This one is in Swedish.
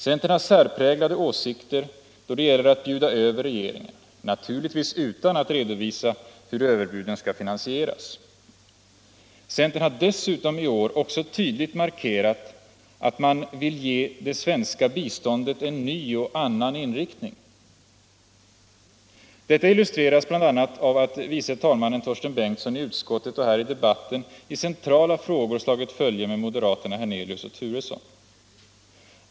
Centern har särpräglade åsikter då det gäller att bjuda över regeringen — naturligtvis utan att redovisa hur överbuden skall finansieras. Centern har dessutom i år också tydligt markerat att man vill ge det svenska biståndet en ny och annan inriktning. Detta illustreras bl.a. av att förste vice talmannen Bengtson i utskottet och här i debatten i centrala frågor har slagit följe med moderaterna herr Hernelius och herr Turesson.